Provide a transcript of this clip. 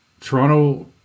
Toronto